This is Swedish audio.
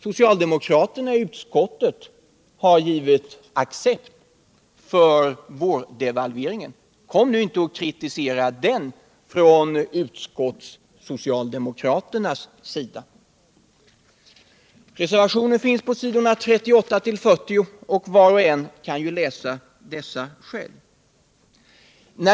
Socialdemokraterna i utskottet har givit sin accept för vårdevalveringen. Då bör socialdemokraterna i utskottet inte nu komma och kritisera den. Reservationerna finns på s. 38-40, och var och en kan själv läsa dem.